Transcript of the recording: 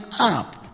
up